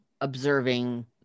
observing